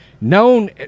known